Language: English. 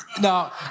No